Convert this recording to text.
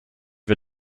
wir